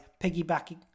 piggybacking